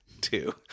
two